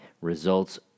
results